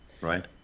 right